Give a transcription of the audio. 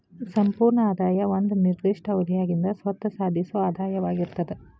ಸಂಪೂರ್ಣ ಆದಾಯ ಒಂದ ನಿರ್ದಿಷ್ಟ ಅವಧ್ಯಾಗಿಂದ್ ಸ್ವತ್ತ ಸಾಧಿಸೊ ಆದಾಯವಾಗಿರ್ತದ